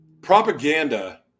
propaganda